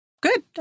good